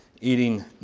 eating